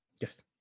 Yes